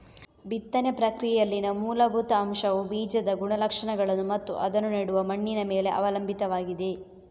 ಬಿತ್ತನೆ ಪ್ರಕ್ರಿಯೆಯಲ್ಲಿನ ಮೂಲಭೂತ ಅಂಶವುಬೀಜದ ಗುಣಲಕ್ಷಣಗಳನ್ನು ಮತ್ತು ಅದನ್ನು ನೆಡುವ ಮಣ್ಣಿನ ಮೇಲೆ ಅವಲಂಬಿತವಾಗಿದೆ